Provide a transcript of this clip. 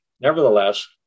Nevertheless